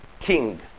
king